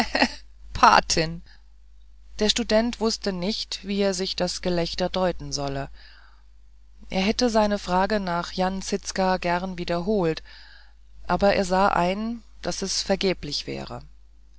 patin der student wußte nicht wie er sich das gelächter deuten solle er hätte seine frage nach jan zizka gern wiederholt aber er sah ein daß es vergeblich wäre